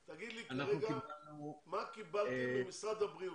תגיד לי כרגע מה קיבלתם ממשרד הבריאות?